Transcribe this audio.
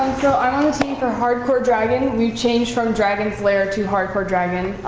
so i'm on the team for hardcore dragon. we've changed from dragon's lair to hardcore dragon.